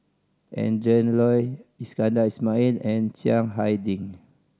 Adrin Loi Iskandar Ismail and Chiang Hai Ding